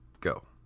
go